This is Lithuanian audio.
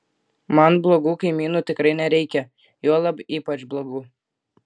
man blogų kaimynų tikrai nereikia juolab ypač blogų